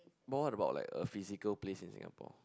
more about like a physical place in Singapore